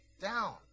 down